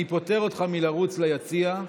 אני פוטר אותך מלרוץ ליציע.